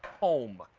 home.